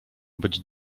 być